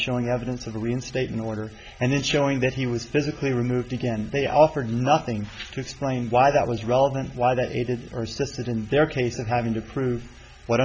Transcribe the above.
showing evidence of a reinstate an order and then showing that he was physically removed again they offered nothing to explain why that was relevant why that it is or system in their case of having to prove what